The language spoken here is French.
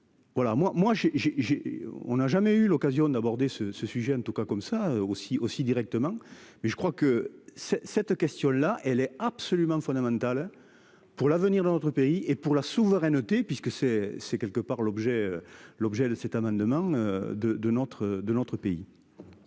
j'ai j'ai on a jamais eu l'occasion d'aborder ce ce sujet en tout cas comme ça aussi aussi directement mais je crois que c'est cette question là elle est absolument fondamentale pour l'avenir de notre pays et pour la souveraineté puisque c'est c'est quelque part l'objet l'objet de cet amendement de de notre de